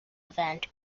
event